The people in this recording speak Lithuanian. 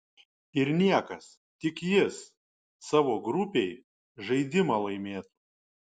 ir niekas tik jis savo grupėj žaidimą laimėtų